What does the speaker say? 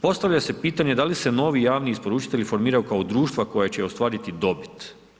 Postavlja se pitanje, da li se novi, javni isporučitelji formiraju kao društva, koja će ostvariti dobi?